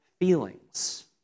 feelings